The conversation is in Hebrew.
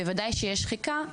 בוודאי שיש שחיקה.